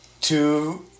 Two